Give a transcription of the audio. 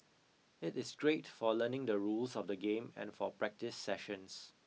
it is great for learning the rules of the game and for practice sessions